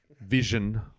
vision